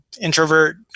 introvert